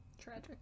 Tragic